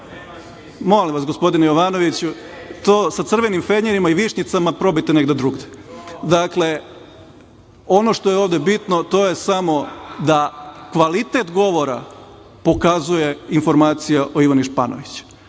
vas gospodine Jovanoviću to sa „crvenim fenjerima“ i višnjicima probajte negde drugde. Dakle, ono što je ovde bitno, to je samo da kvalitet govora pokazuje informacija o Ivan Španović